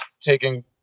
taking